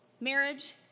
Marriage